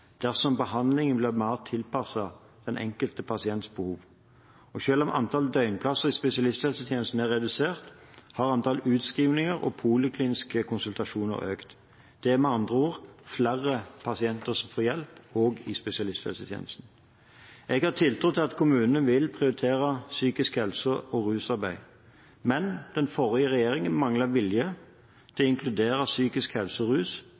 dersom behandlingen blir mer tilpasset den enkelte pasients behov. Selv om antall døgnplasser i spesialisthelsetjenesten er redusert, har antall utskrivninger og polikliniske konsultasjoner økt. Det er med andre ord flere pasienter som får hjelp også i spesialisthelsetjenesten. Jeg har tiltro til at kommunene vil prioritere psykisk helse- og rusarbeid, men den forrige regjeringen manglet vilje til å inkludere psykisk